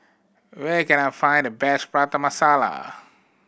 where can I find the best Prata Masala